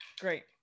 Great